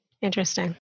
Interesting